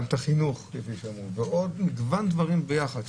גם את החינוך ועוד מגוון דברים ביחד,